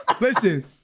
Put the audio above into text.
listen